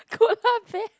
koala bear